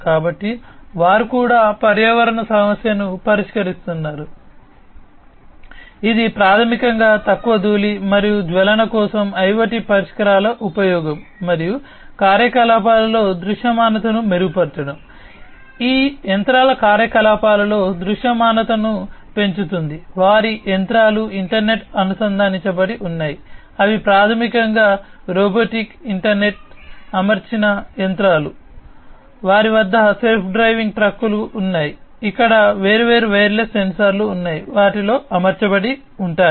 కాబట్టి వారు కూడా పర్యావరణ సమస్యను పరిష్కరిస్తున్నారుఇది ప్రాథమికంగా తక్కువ ధూళి మరియు జ్వలన కోసం IoT పరిష్కారాల ఉపయోగం మరియు కార్యకలాపాలలో దృశ్యమానతను మెరుగుపరచడం ఈ యంత్రాల కార్యకలాపాలలో దృశ్యమానతను ఉన్నాయి ఇక్కడ వేర్వేరు వైర్లెస్ సెన్సార్లు ఉన్నాయి వాటిలో అమర్చబడి ఉంటాయి